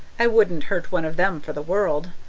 i wouldn't hurt one of them for the world.